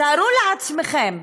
תתארו לעצמכם,